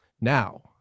now